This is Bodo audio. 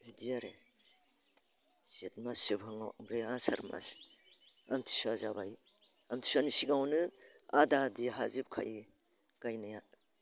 बिदि आरो जेथ मास जोबहाङाव ओमफ्राय आसार मास आमथिसुवा जाबाय आमथिसुवानि सिगाङावनो आदा आदि हाजोबखायो गायनाया